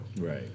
Right